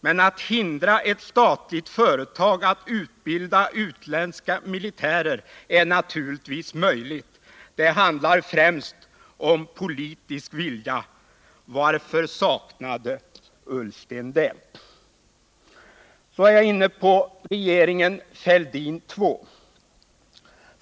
Men att hindra ett statligt företag att utbilda utländska militärer är naturligtvis möjligt; det handlar främst om politisk vilja. Varför saknade Ullsten det?” Så är jag inne på regeringen Fälldin II.